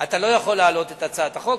אתה לא יכול להעלות את הצעת החוק.